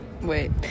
Wait